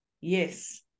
yes